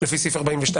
לפי סעיף 42א